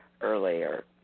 earlier